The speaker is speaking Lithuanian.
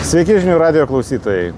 sveiki žinių radijo klausytojai